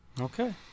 Okay